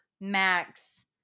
Max